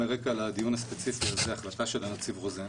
רקע לדיון הספציפי הזה החלטה של הנציב רוזן